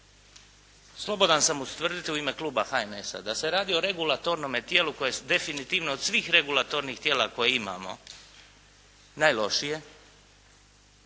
slobodan sam ustvrditi u ime kluba HNS-a da se radi o regulatornome tijelu koje definitivno od svih regulatornih tijela koje imamo najlošije,